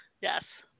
yes